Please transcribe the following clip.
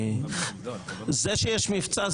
זה שיש מבצע,